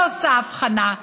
לא עושה הבחנה,